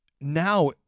now